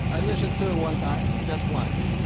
i listened to it one time just once?